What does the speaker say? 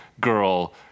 girl